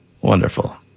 Wonderful